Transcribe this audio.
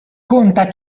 conta